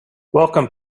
welcome